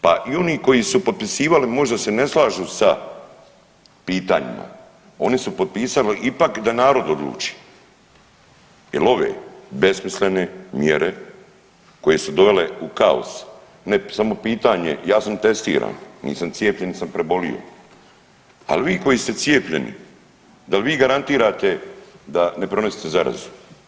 Pa i oni koji su potpisivali možda se ne slažu sa pitanjima, oni su potpisali ipak da narod odluči jel ove besmislene mjere koje su dovele u kaos ne samo pitanje, ja sam testiran, nisam cijepljen jer sam prebolio, ali vi koji ste cijepljeni dal vi garantirate da ne prenosite zarazu.